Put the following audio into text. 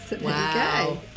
wow